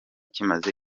kimaze